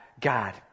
God